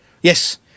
Yes